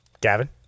Gavin